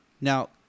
Now